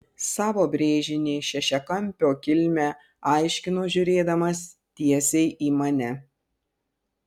savo brėžinį šešiakampio kilmę aiškino žiūrėdamas tiesiai į mane